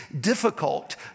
difficult